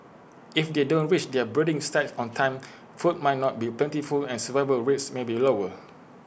if they don't reach their breeding sites on time food might not be plentiful and survival rates may be lower